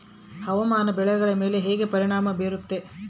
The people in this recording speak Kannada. ಹವಾಮಾನ ಬೆಳೆಗಳ ಮೇಲೆ ಹೇಗೆ ಪರಿಣಾಮ ಬೇರುತ್ತೆ?